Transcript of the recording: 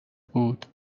بود